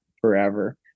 forever